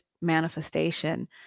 manifestation